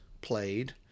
played